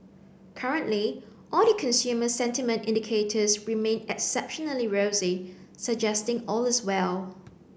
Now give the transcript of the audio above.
currently all the consumer sentiment indicators remain exceptionally rosy suggesting all is well